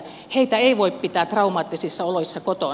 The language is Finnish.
heitä ei voi pitää traumaattisissa oloissa kotona